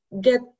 get